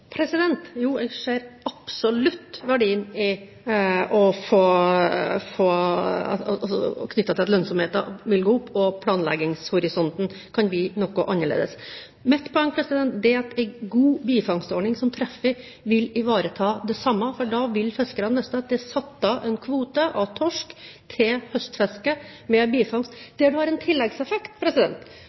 Jo, jeg ser absolutt verdien knyttet til at lønnsomheten vil gå opp, og at planleggingshorisonten kan bli noe annerledes. Mitt poeng er at en god bifangstordning som treffer, vil ivareta det samme. Da vil det for fiskerne, hvis det er satt av en kvote av torsk til høstfisket med bifangst, bli en tilleggseffekt ved at de får opp hyse og sei, som for en